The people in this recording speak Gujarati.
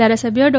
ધારાસભ્ય ડો